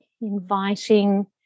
inviting